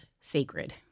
sacred